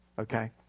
Okay